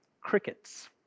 crickets